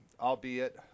albeit